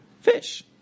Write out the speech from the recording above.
fish